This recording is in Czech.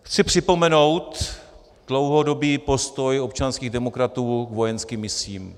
Chci připomenout dlouhodobý postoj občanských demokratů k vojenským misím.